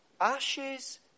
Ashes